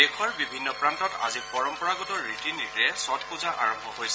দেশৰ বিভিন্ন প্ৰান্তত আজি পৰম্পৰাগত ৰীতি নীতিৰে ছট পজা আৰম্ভ হৈছে